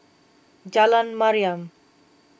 Jalan Mariam